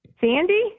Sandy